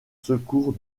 secours